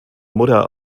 mutter